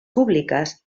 públiques